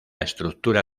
estructura